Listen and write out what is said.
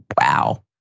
wow